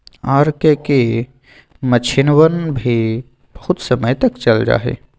R K की मक्षिणवन भी बहुत समय तक चल जाहई